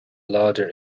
láidir